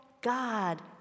god